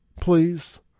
please